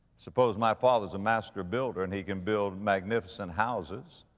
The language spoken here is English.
suppose my father's a master builder and he can build magnificent houses.